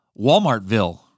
Walmartville